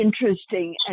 interesting